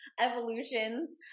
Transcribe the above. evolutions